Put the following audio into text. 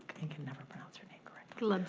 and can never pronounce her name correctly.